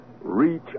Reach